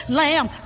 lamb